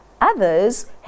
Others